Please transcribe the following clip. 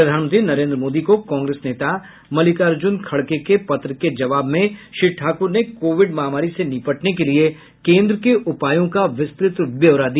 प्रधानमंत्री नरेन्द्र मोदी को कांग्रेस नेता मल्लिकार्जुन खड़गे के पत्र के जवाब में श्री ठाकुर ने कोविड महामारी से निपटने के लिए केन्द्र के उपायों का विस्तृत ब्यौरा दिया